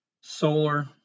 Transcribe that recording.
solar